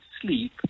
sleep